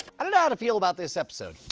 i don't know how to feel about this episode.